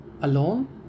alone